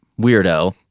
weirdo